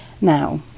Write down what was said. Now